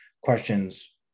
questions